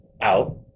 out